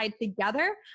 together